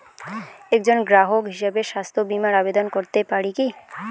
একজন গ্রাহক হিসাবে স্বাস্থ্য বিমার আবেদন করতে পারি কি?